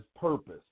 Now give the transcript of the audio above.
purpose